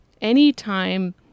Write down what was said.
anytime